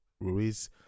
Ruiz